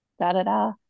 da-da-da